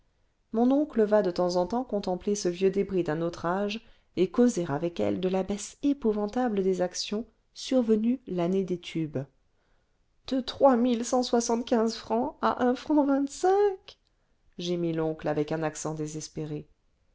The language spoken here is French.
mon oncle va de temps en temps contempler ce vieux débris d'un autre âge et causer avec elle de la baisse épouvantable des actions survenue l'année des tubes de francs à fr gémit l'oncle avec un accent désespéré